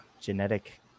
genetic